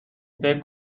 فکر